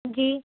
جی